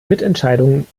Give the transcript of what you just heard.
mitentscheidung